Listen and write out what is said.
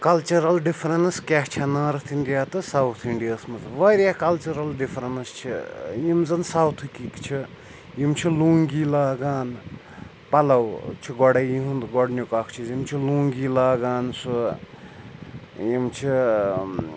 cultural difference کیٛاہ چھےٚ north India تہٕ ساوُتھ اِنٛڈیاہَس منٛز واریاہ کَلچٕرَل ڈِفرَنٕس چھِ یِم زَن ساوتھٕکِکۍ چھِ یِم چھِ لوٗنٛگی لاگان پَلَو چھِ گۄڈَے یُہُنٛد گۄڈٕنیُک اَکھ چیٖز یِم چھِ لوٗنٛگی لاگان سُہ یِم چھِ